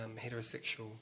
heterosexual